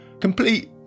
complete